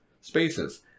spaces